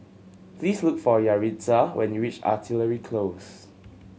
please look for Yaritza when you reach Artillery Close